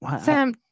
Sam